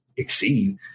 exceed